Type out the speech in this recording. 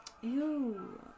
ew